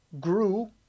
Grew